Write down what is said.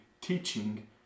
teaching